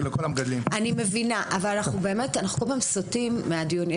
אני מבינה, אבל אנחנו כל פעם סוטים מנושא הדיון.